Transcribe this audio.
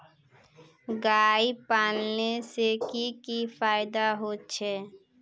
गाय पालने से की की फायदा होचे?